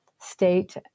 state